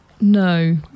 no